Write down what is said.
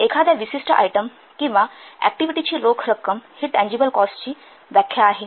एखाद्या विशिष्ट आयटम किंवा ऍक्टिव्हिटी ची रोख रक्कम ही टँजिबल कॉस्टची व्याख्या आहे